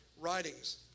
writings